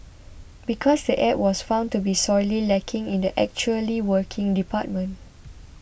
because the app was found to be sorely lacking in the 'actually working' department